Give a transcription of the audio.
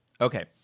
okay